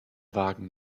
wagen